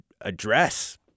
address